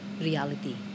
reality